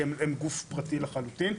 כי הן גוף פרטי לחלוטין.